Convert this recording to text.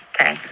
Okay